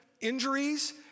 injuries